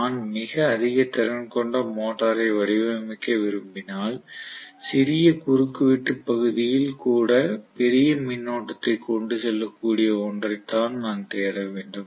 நான் மிக அதிக திறன் கொண்ட மோட்டாரை வடிவமைக்க விரும்பினால் சிறிய குறுக்குவெட்டு பகுதியில் கூட பெரிய மின்னோட்டத்தை கொண்டு செல்லக்கூடிய ஒன்றை நான் தேட வேண்டும்